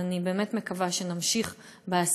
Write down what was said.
אז אני באמת מקווה שנמשיך בעשייה,